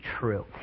true